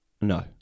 No